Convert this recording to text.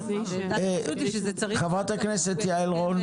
חה"כ יעל רון,